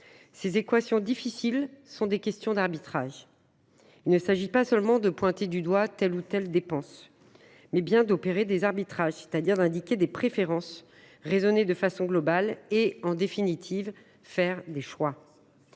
Ces équations difficiles sont des questions d’arbitrage. Il ne s’agit pas seulement de pointer du doigt telle ou telle dépense ; l’enjeu est bien d’indiquer des préférences, de raisonner de façon globale et, en définitive, de faire des choix.